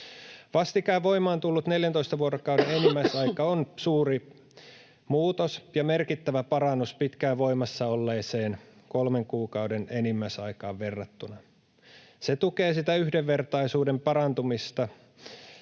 Vastikään voimaan tullut 14 vuorokauden enimmäisaika on suuri muutos ja merkittävä parannus pitkään voimassa olleeseen kolmen kuukauden enimmäisaikaan verrattuna. Se tukee yhdenvertaisuuden parantumista,